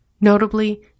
Notably